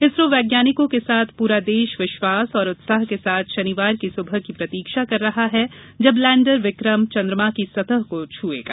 इसरो वैज्ञानिकों के साथ पूरा देश विश्वास और उत्साह के साथ शनिवार की सुबह की प्रतीक्षा कर रहा है जब लैण्डर विक्रम चंद्रमा की सतह को छयेगा